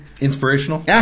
Inspirational